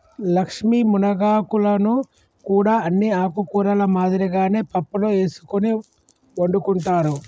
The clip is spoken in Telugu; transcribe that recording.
లక్ష్మీ మునగాకులను కూడా అన్ని ఆకుకూరల మాదిరిగానే పప్పులో ఎసుకొని వండుకుంటారు